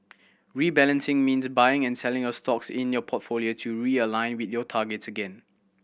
rebalancing means buying and selling a stocks in your portfolio to realign with your targets again